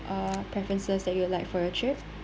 uh preferences that you would like for your trip